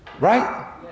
right